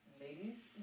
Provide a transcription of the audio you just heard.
ladies